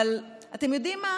אתם יודעים מה?